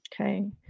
Okay